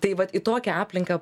tai vat į tokią aplinką